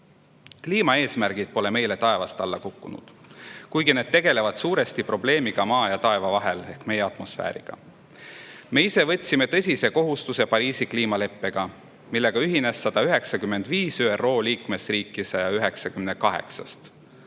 võimalik. Kliimaeesmärgid pole meile taevast alla kukkunud, kuigi need tegelevad suuresti probleemiga maa ja taeva vahel ehk meie atmosfääriga. Me võtsime ise tõsise kohustuse Pariisi kliimaleppega, millega ühines 195 ÜRO liikmesriiki 198‑st.